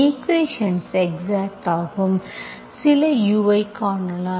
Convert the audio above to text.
equations exact ஆக்கும் சில u ஐ காணலாம்